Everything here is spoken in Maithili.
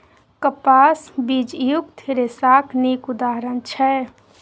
कपास बीजयुक्त रेशाक नीक उदाहरण छै